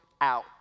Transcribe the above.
out